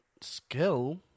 Skill